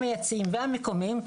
המייצאים והמקומיים,